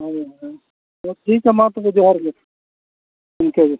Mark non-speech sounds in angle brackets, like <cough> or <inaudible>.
ᱦᱳᱭ ᱦᱳᱭ <unintelligible> ᱴᱷᱤᱠᱟ ᱢᱟ ᱛᱚᱵᱮ ᱡᱚᱦᱟᱨ ᱜᱮ ᱤᱱᱠᱟᱹ ᱜᱮ